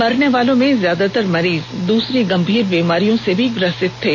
मरने वालों में ज्यादातर मरीज दूसरी गंभीर बिमारियों से ग्रसित थे